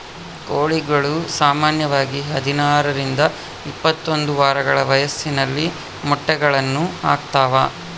ಕೋಳಿಗಳು ಸಾಮಾನ್ಯವಾಗಿ ಹದಿನಾರರಿಂದ ಇಪ್ಪತ್ತೊಂದು ವಾರಗಳ ವಯಸ್ಸಿನಲ್ಲಿ ಮೊಟ್ಟೆಗಳನ್ನು ಹಾಕ್ತಾವ